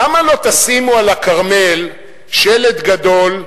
למה לא תשימו על הכרמל שלט גדול: